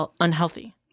unhealthy